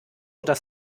oder